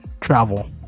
travel